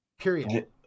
Period